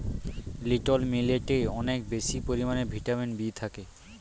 little মিলেটে অনেক বেশি পরিমাণে ভিটামিন বি থাকে